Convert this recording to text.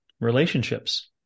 relationships